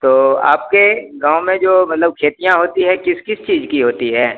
तो आपके गाँव में जो मतलब खेतियाँ होती है किस किस चीज़ की होती है